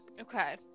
Okay